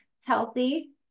healthy